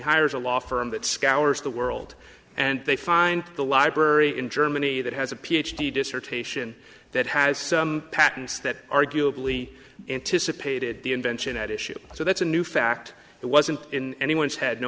hires a law firm that scours the world and they find the library in germany that has a ph d dissertation that has some patents that arguably anticipated the invention at issue so that's a new fact that wasn't in anyone's head no